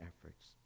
efforts